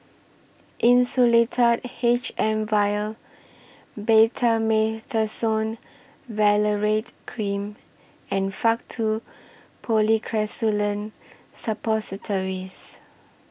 Insulatard H M Vial Betamethasone Valerate Cream and Faktu Policresulen Suppositories